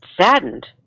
saddened